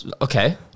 okay